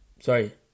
Sorry